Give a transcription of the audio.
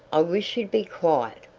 i wish you'd be quiet!